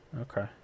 okay